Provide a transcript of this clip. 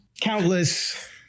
Countless